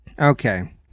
okay